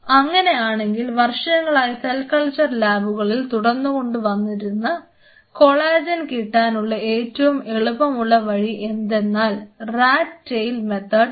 അങ്ങനെ ആണെങ്കിൽ വർഷങ്ങളായി സെൽ കൾച്ചർ ലാബുകളിൽ തുടർന്നു കൊണ്ടു വരുന്ന കൊളാജൻ കിട്ടാനുള്ള ഏറ്റവും എളുപ്പവഴി എന്തെന്നാൽ റാറ്റ് ടെയിൽ മെതേഡ് ആണ്